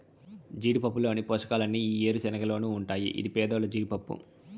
జీడిపప్పులోని పోషకాలన్నీ ఈ ఏరుశనగలోనూ ఉంటాయి ఇది పేదోల్ల జీడిపప్పు